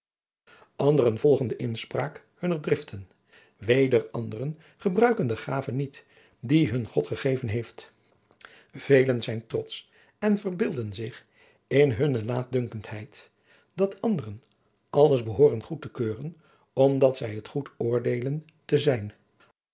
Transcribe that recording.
volgen de inspraak hunner driften weder anderen gebruiken de gaven niet die hun god gegeven heeft velen zijn trotsch en verbeelden zich in hunne laatdunkendheid dat anderen alles behooren goed te keuren omdat zij het goed oordeelen te zijn